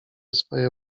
swoje